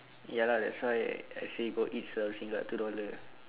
ya lah that's why I say go eat selalu singgah two dollar